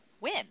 win